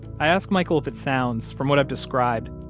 i asked michael if it sounds, from what i've described,